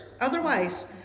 otherwise